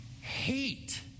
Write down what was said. hate